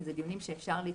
כי אלו דיונים שאפשר לדחות.